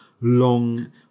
long